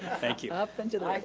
thank you. up and to the like